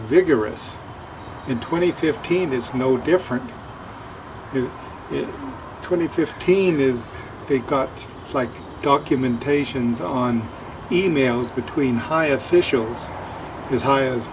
vigorous and twenty fifteen is no different you get twenty fifteen is they got like documentations on e mails between high officials as high as